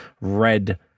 red